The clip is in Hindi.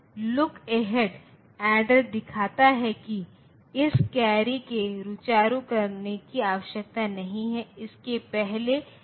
लेकिन ऐसा नहीं है क्योंकि यह x माइनस 1 इस संख्या प्रणाली का बेस है और इस बेस में यदि x 3 के बराबर है तो अब बेस क्या है